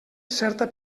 certa